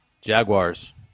Jaguars